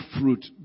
fruit